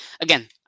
again